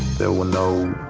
there were no